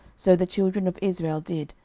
so the children of israel did,